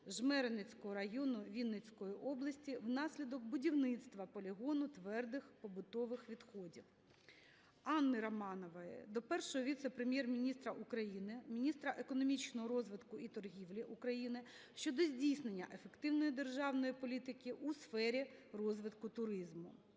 Жмеринецького району Вінницької області внаслідок будівництва полігону твердих побутових відходів. Анни Романової до Першого віце-прем'єр-міністра України – міністра економічного розвитку і торгівлі України щодо здійснення ефективної державної політики у сфері розвитку туризму.